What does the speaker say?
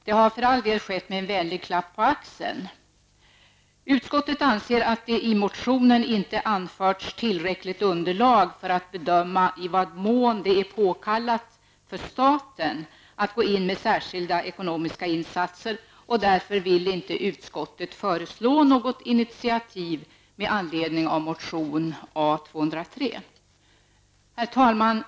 Det har för all del skett med en vänlig klapp på axeln. Utskottet anser att det i motionen inte anförts tillräckligt underlag för att bedöma i vad mån det är påkallat för staten att gå in med särskilda ekonomiska insatser. Därför vill inte utskottet ta något initiativ med anledning av motion A203. Herr talman!